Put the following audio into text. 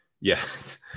yes